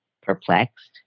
perplexed